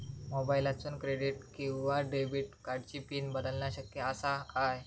मोबाईलातसून क्रेडिट किवा डेबिट कार्डची पिन बदलना शक्य आसा काय?